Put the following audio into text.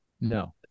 no